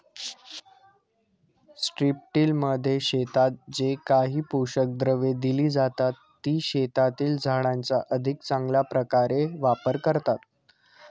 स्ट्रिपटिलमध्ये शेतात जे काही पोषक द्रव्ये दिली जातात, ती शेतातील झाडांचा अधिक चांगल्या प्रकारे वापर करतात